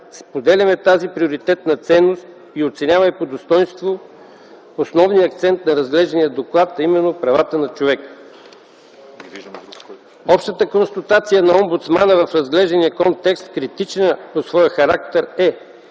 споделяме тази приоритетна ценност и оценяваме по достойнство основния акцент на разглеждания доклад, а именно правата на човека. Общата констатация на омбудсмана в разглеждания контекст, критична по своя характер, е: